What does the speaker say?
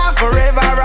forever